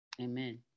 Amen